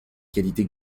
qualités